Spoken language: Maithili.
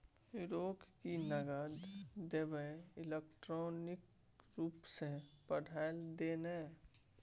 रौ की नगद देबेय इलेक्ट्रॉनिके रूपसँ पठा दे ने